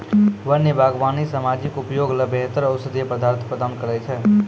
वन्य बागबानी सामाजिक उपयोग ल बेहतर औषधीय पदार्थ प्रदान करै छै